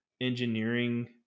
engineering